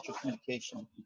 communication